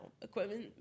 equipment